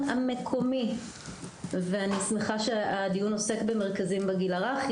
אני שמחה שהדיון עוסק במרכזים בגיל הרך,